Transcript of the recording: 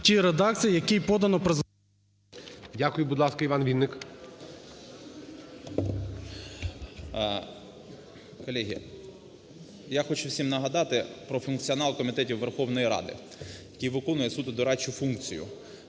я хочу всім нагадати про функціонал комітетів Верховної Ради, який виконує суто дорадчу функцію,